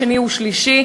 שני ושלישי,